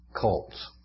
cults